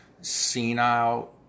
senile